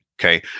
okay